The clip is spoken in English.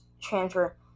transfer